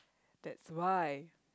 that's why